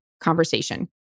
conversation